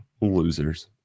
losers